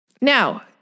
Now